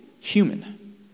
Human